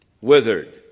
Withered